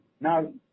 now